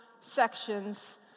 sections